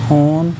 ہوٗن